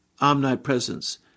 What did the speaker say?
omnipresence